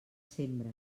sembre